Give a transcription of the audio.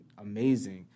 amazing